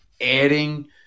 adding